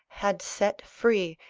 had set free,